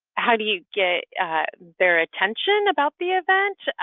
how do you get their attention about the event?